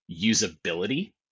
usability